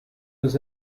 was